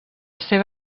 seva